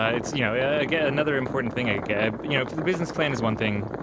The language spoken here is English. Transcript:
ah it's you know yeah yeah another important thing, ah you know the business plan is one thing,